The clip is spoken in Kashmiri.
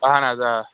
اہَن حظ آ